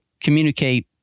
communicate